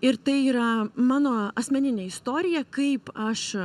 ir tai yra mano asmeninė istorija kaip aš